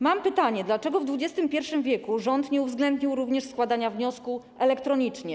Mam pytanie: Dlaczego w XXI w. rząd nie uwzględnił również składania wniosku elektronicznie?